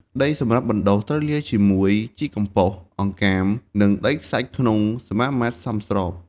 ដីសម្រាប់បណ្តុះត្រូវលាយជាមួយជីកំប៉ុស្ត អង្កាម និងដីខ្សាច់ក្នុងសមាមាត្រសមស្រប។